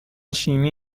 شیمی